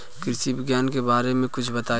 कृषि विज्ञान के बारे में कुछ बताई